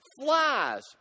Flies